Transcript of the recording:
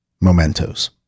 mementos